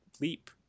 leap